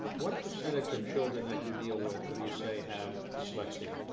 what percentage of children that you deal with would you say have dyslexia,